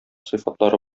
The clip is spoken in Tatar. сыйфатлары